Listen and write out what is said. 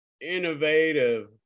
innovative